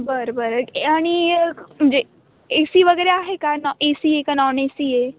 बरं बरं आणि म्हणजे ए सी वगैरे आहे का नॉ ए सी आहे का नॉन ए सी आहे